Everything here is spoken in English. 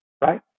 Right